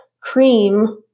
cream